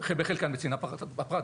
בחלקן גם לצנעת הפרט.